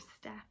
step